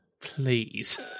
please